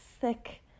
thick